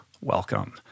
Welcome